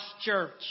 church